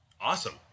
Awesome